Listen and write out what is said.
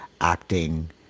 acting